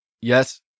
yes